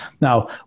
Now